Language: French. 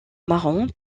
marron